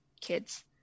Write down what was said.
kids